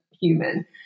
human